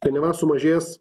tai neva sumažės